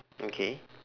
okay